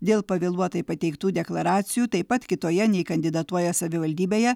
dėl pavėluotai pateiktų deklaracijų taip pat kitoje nei kandidatuoja savivaldybėje